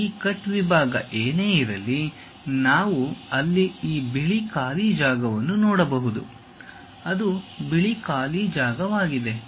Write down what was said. ಆದ್ದರಿಂದ ಆ ಕಟ್ ವಿಭಾಗ ಏನೇ ಇರಲಿ ನಾವು ಅಲ್ಲಿ ಈ ಬಿಳಿ ಖಾಲಿ ಜಾಗವನ್ನು ನೋಡಬಹುದು ಅದು ಬಿಳಿ ಖಾಲಿ ಜಾಗವಾಗಿದೆ